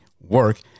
work